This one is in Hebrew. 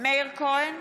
מאיר כהן,